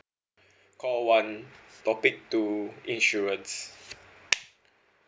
call one topic two insurance